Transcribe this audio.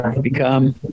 become